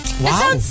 Wow